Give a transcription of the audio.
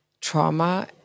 trauma